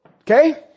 Okay